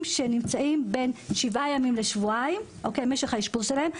שנמצאים בין שבעה ימים לשבועיים - משך האשפוז שלהם.